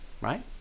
right